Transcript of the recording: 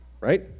right